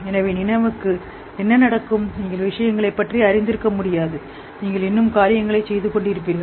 எனவே நனவுக்கு என்ன நடக்கும் நீங்கள் விஷயங்களைப் பற்றி அறிந்திருக்கவில்லை நீங்கள் இன்னும் காரியங்களைச் செய்கிறீர்கள்